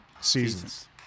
seasons